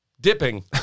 dipping